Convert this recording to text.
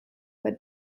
but